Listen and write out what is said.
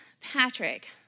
Patrick